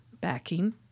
backing